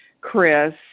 Chris